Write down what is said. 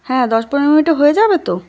হ্যাঁ দশ পনেরো মিনিটে হয়ে যাবে তো